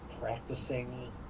practicing